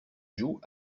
joue